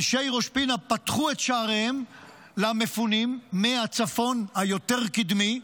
אנשי ראש פינה פתחו את שעריהם למפונים מהצפון הקדמי יותר.